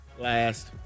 last